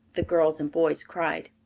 the girls and boys cried.